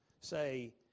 say